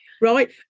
right